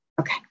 Okay